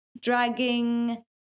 dragging